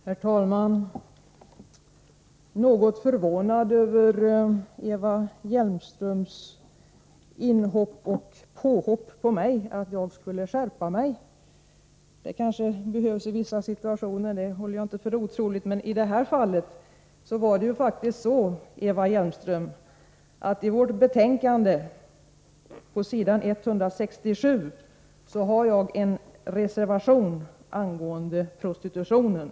Herr talman! Jag är något förvånad över Eva Hjelmströms inhopp och påhopp på mig och hennes uttalande att jag skulle skärpa mig. Det kanske behövs i vissa situationer — det håller jag inte för otroligt — men i det här fallet har jag faktiskt, Eva Hjelmström, i vårt betänkande på s. 167 en reservation angående prostitutionen.